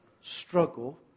struggle